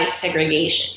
segregation